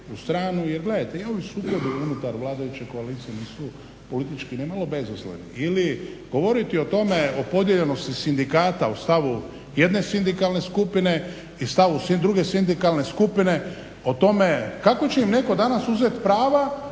Jer gledajte i ovi sukobi unutar vladajuće koalicije nisu politički nimalo bezazleni. Ili govoriti o tome, o podijeljenosti sindikata u stavu jedne sindikalne skupine i stavu druge sindikalne skupine o tome kako će im netko danas uzeti prava